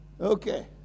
Okay